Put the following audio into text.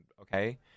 okay